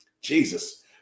Jesus